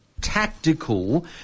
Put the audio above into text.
tactical